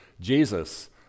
Jesus